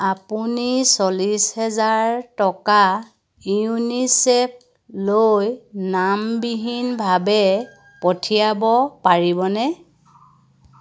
আপুনি চল্লিছ হেজাৰ টকা ইউনিচেফ লৈ নামবিহীনভাৱে পঠিয়াব পাৰিবনে